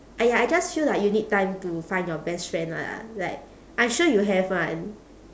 !aiya! I just feel like you need time to find your best friend lah like I'm sure you have [one]